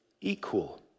equal